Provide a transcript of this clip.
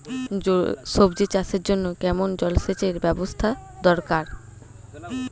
সবজি চাষের জন্য কেমন জলসেচের ব্যাবস্থা দরকার?